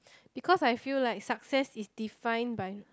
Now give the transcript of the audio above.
because I feel like success is define by